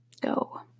go